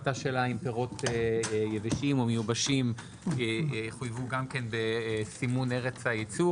עלתה שאלה אם פירות יבשים או מיובשים יחויבו גם כן בסימון ארץ הייצור,